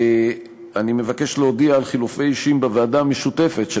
אני מבקש להודיע על חילופי אישים בוועדה המשותפת של